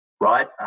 right